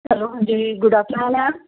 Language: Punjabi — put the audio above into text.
ਹੋਲੋ ਹਾਂਜੀ ਜੀ ਗੁੱਡ ਆਫਟਰਨੂਨ ਮੈਮ